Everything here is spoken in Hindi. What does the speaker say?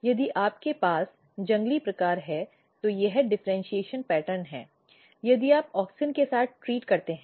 यदि आपके पास जंगली प्रकार है तो यह डिफरेन्शीऐशन पैटर्न है यदि आप ऑक्सिन के साथ ट्रीट करते हैं